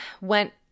went